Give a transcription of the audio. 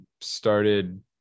started